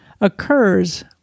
occurs